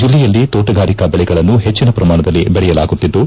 ಜಲ್ಲೆಯಲ್ಲಿ ತೋಟಗಾರಿಕಾ ಬೆಳೆಗಳನ್ನು ಹೆಚ್ಚನ ಪ್ರಮಾಣದಲ್ಲಿ ದೆಳೆಯಲಾಗುತ್ತಿದ್ದು